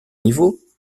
niveaux